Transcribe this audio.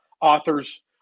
authors